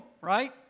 right